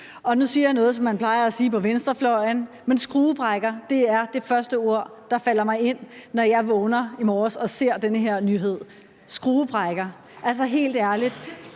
og nu siger jeg noget, som man plejer at sige på venstrefløjen, nemlig »skruebrækker«. For det var det første ord, der faldt mig ind, da jeg vågnede i morges og så den her nyhed. Altså, helt ærligt,